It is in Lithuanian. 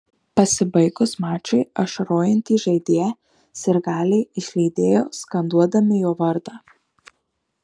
pasibaigus mačui ašarojantį žaidėją sirgaliai išlydėjo skanduodami jo vardą